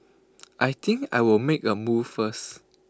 I think I'll make A move first